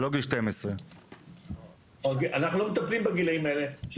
זה לא גיל 12. אנחנו לא מטפלים בגילאים האלה של